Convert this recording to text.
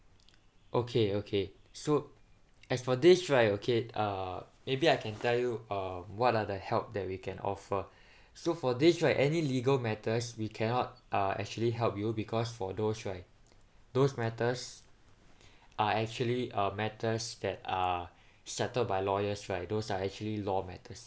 okay okay so as for this right okay uh maybe I can tell you uh what are the help that we can offer so for this right any legal matters we cannot uh actually help you because for those right those matters are actually a matters that are settled by lawyers those are actually law matters